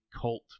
cult